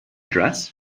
dress